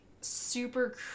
super